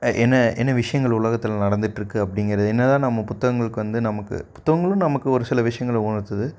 என்ன என்ன விஷயங்கள் உலகத்தில் நடந்துட்டிருக்கு அப்படிங்கிறது என்ன தான் நம்ம புத்தகங்களுக்கு வந்து நமக்கு புத்தகங்களும் நமக்கு ஒரு சில விஷயங்கள உணர்த்துது